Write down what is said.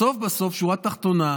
בסוף בסוף, בשורה תחתונה,